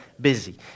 busy